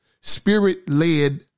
spirit-led